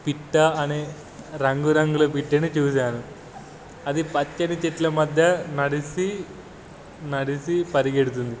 పిట్టా అనే రంగురంగుల పిట్టని చూశాను అది పచ్చని చెట్ల మధ్య నడిచి నడిచి పరిగెత్తుతుంది